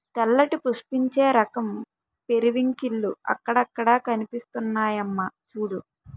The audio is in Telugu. తెల్లటి పుష్పించే రకం పెరివింకిల్లు అక్కడక్కడా కనిపిస్తున్నాయమ్మా చూడూ